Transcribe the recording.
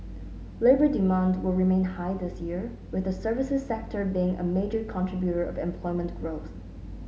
labour demand will remain high this year with the services sector being a major contributor of employment growth